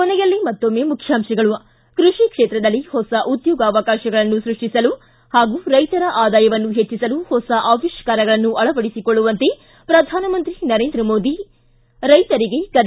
ಕೊನೆಯಲ್ಲಿ ಮತ್ತೊಮ್ಮೆ ಮುಖ್ಯಾಂಶಗಳು ಿಕ ಕೃಷಿ ಕ್ಷೇತ್ರದಲ್ಲಿ ಹೊಸ ಉದ್ಯೋಗಾವಕಾಶಗಳನ್ನು ಸೃಷ್ಟಿಸಲು ಹಾಗೂ ರೈತರ ಆದಾಯವನ್ನು ಹೆಚ್ಚಿಸಲು ಹೊಸ ಆವಿಷ್ಕಾರಗಳನ್ನು ಅಳವಡಿಸಿಕೊಳ್ಳುವಂತೆ ಪ್ರಧಾನಮಂತ್ರಿ ನರೇಂದ್ರ ಮೋದಿ ರೈತರಿಗೆ ಕರೆ